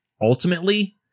ultimately